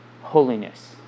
holiness